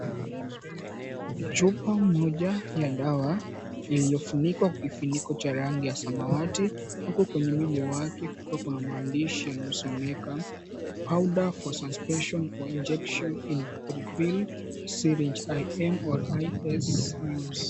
Chupa moja ya dawa, iliyofunikwa kukifuniko cha rangi ya samawati. Huko kwenye mwili wake kukiwa kuna maandishi yanayosomeka, Powder for suspension for injection in pre-filled syringe, IM or SC use.